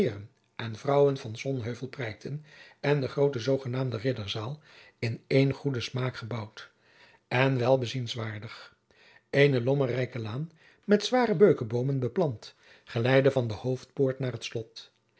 en vrouwen van sonheuvel prijkten en de groote zoogenaamde ridderzaal in één goeden smaak gebouwd en wel bezienswaardig eene lommerrijke laan met zware beukenboomen beplant geleidde van de hoofdpoort naar het slot